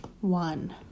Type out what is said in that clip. One